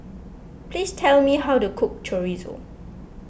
please tell me how to cook Chorizo